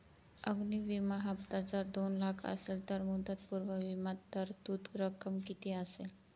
अग्नि विमा हफ्ता जर दोन लाख असेल तर मुदतपूर्व विमा तरतूद रक्कम किती असेल?